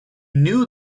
knew